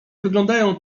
wyglądają